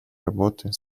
работы